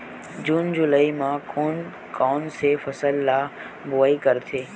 जून जुलाई म कोन कौन से फसल ल बोआई करथे?